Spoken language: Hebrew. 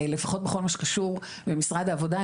לפחות בכל מה שקשור עם משרד העבודה,